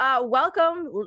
Welcome